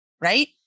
right